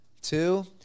two